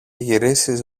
γυρίσεις